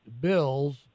bills